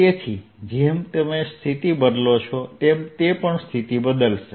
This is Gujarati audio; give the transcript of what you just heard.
તેથી જેમ તમે સ્થિતિ બદલો છો તેમ તે પણ સ્થિતિ બદલશે